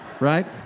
right